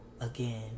again